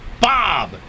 Bob